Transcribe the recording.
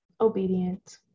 obedient